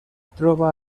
troba